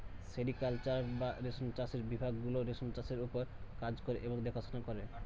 sericulture বা রেশম চাষের বিভাগ গুলো রেশম চাষের ওপর কাজ করে এবং দেখাশোনা করে